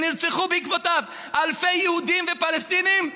שנרצחו בעקבותיו אלפי יהודים ופלסטינים,